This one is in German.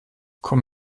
komm